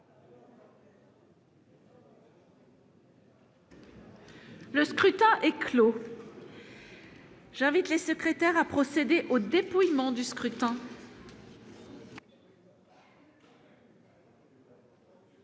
Le scrutin est clos. J'invite les secrétaires à procéder au dépouillement du scrutin.